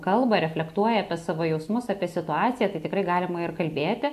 kalba reflektuoja apie savo jausmus apie situaciją tai tikrai galima ir kalbėti